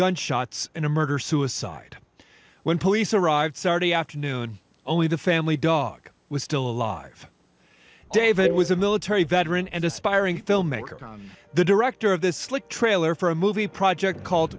gunshots in a murder suicide when police arrived saturday afternoon only the family dog was still alive david was a military veteran and aspiring filmmaker the director of the slick trailer for a movie project called